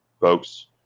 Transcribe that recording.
folks